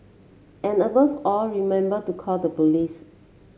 and above all remember to call the police